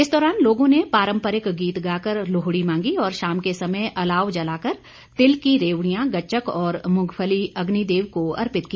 इस दौरान लोगों ने पारम्परिक गीत गाकर लोहड़ी मांगी और शाम के समय अलाव जलाकर तिल की रेवड़ियां गच्चक और मूंगफली अग्निदेव को अर्पित की